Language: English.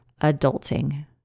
adulting